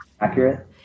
accurate